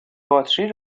باتری